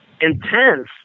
intense